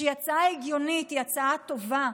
שהיא הצעה הגיונית, היא הצעה טובה.